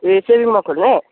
ए सेभिङमा खोल्ने